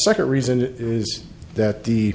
second reason is that the